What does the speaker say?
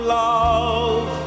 love